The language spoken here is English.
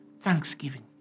Thanksgiving